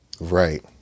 Right